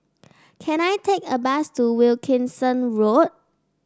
can I take a bus to Wilkinson Road